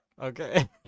Okay